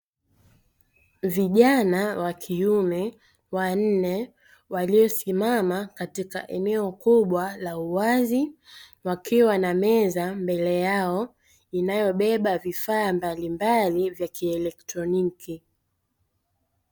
Vijana wa kiume wanne waliosimama katika eneo kubwa la uwazi, wakiwa na meza mbele yao inayobeba vifaa mbalimbali vya kielektroniki.